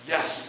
Yes